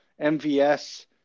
MVS